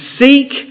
seek